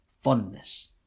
fondness